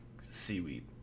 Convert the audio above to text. seaweed